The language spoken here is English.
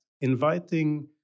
inviting